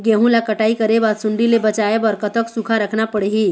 गेहूं ला कटाई करे बाद सुण्डी ले बचाए बर कतक सूखा रखना पड़ही?